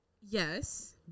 Yes